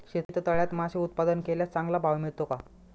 शेततळ्यात मासे उत्पादन केल्यास चांगला भाव मिळतो का?